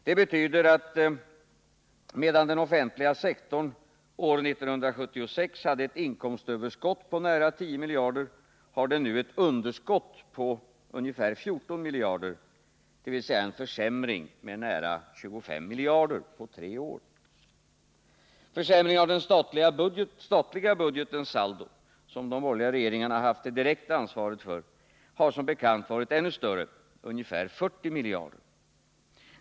Det betyder att medan den offentliga sektorn år 1976 hade ett inkomstöverskott på nära 10 miljarder har den nu ett underskott på ungefär 14 miljarder, dvs. en försämring med nära 25 miljarder på tre år. Försämringen av den statliga budgetens saldo, som de borgerliga regeringarna haft det direkta ansvaret för, har som bekant varit ännu större, ungefär 40 miljarder.